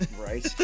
right